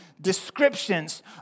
descriptions